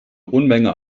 unmenge